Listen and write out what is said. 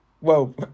Whoa